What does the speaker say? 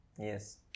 Yes